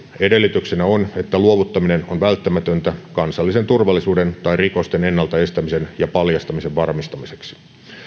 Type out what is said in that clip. edellytyksenä on että luovuttaminen on välttämätöntä kansallisen turvallisuuden tai rikosten ennalta estämisen ja paljastamisen varmistamiseksi